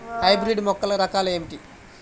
Hybrid మొక్కల రకాలు ఏమిటి?